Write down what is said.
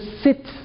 sit